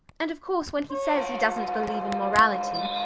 and of course when he says he doesnt believe in morality,